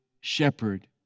shepherd